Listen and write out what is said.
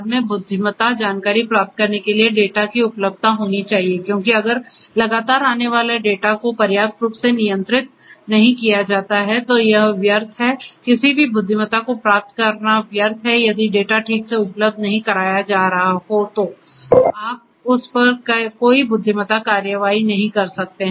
बाद में बुद्धिमत्ता जानकारी प्राप्त करने के लिए डेटा की उपलब्धता होनी चाहिए क्योंकि अगर लगातार आने वाले डेटा को पर्याप्त रूप से नियंत्रित नहीं किया जाता है तो यह व्यर्थ है किसी भी बुद्धिमत्ता को प्राप्त करना व्यर्थ है यदि डेटा ठीक से उपलब्ध नहीं कराया जा रहा हो तो आप उस पर कोई बुद्धिमत्ता कार्रवाई नहीं कर सकते